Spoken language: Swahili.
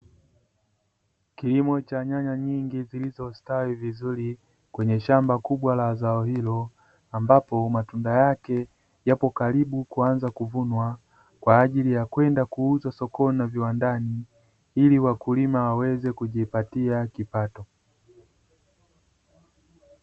Kilimo cha nyanya nyingi zilizostawi vizuri kwenye shamba kubwa la zao hilo ambapo matunda yake yapo karibu kuanza kuvunwa kwa ajili ya kwenda kuuza sokoni na viwandani, ili wakulima waweze kujipatia kipato.